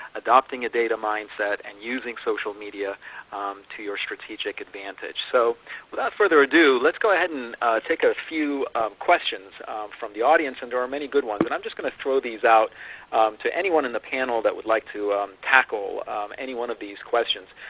adopting a data mindset, and using social media to your strategic advantage. so without further ado let's go ahead and take a few questions from the audience, and there are many good ones. and i'm just going to throw these out to anyone in the panel that would like to tackle any one of these questions.